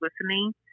listening